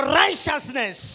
righteousness